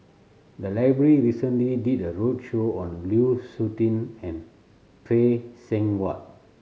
the library recently did a roadshow on Lu Suitin and Phay Seng Whatt